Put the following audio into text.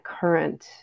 current